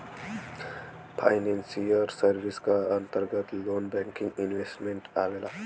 financial service क अंतर्गत loan banking investment आवेला